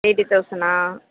eighty தௌசண்ட்னா